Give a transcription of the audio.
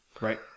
Right